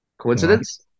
Coincidence